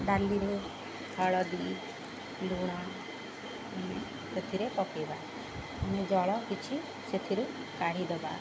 ଡାଲିରେ ହଳଦୀ ଲୁଣ ସେଥିରେ ପକାଇବା ଜଳ କିଛି ସେଥିରୁ କାଢ଼ି ଦେବା